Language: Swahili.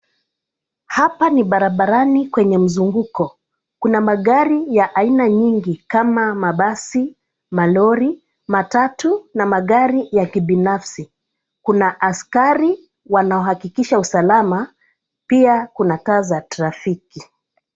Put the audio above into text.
Hapa ni barabarani kwenye mzunguko kuna magari ya aina nyingi kama mabasi, malori, matatu na magari ya kibinafsi kuna askari wanaohakikisha usalama pia kuna taa za trafiki.